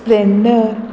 splendor